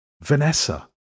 vanessa